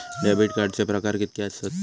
Debit कार्डचे प्रकार कीतके आसत?